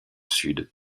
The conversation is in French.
sud